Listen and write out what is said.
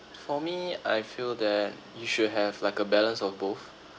for me I feel that you should have like a balance of both